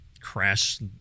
crash